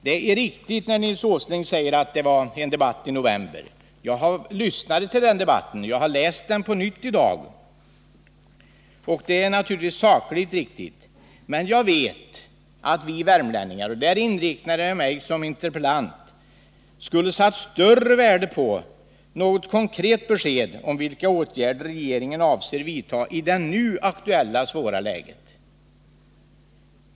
Det är riktigt, som Nils Åsling säger, att det var en debatt i november — jag lyssnade till den, och jag har i dag på nytt läst igenom protokollet från den debatten. Men vi värmlänningar — och till dem räknar jag mig själv som interpellant — skulle ha satt större värde på ett konkret besked om vilka åtgärder regeringen avser att vidta i det nu aktuella, svåra läget.